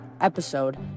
episode